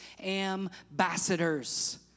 ambassadors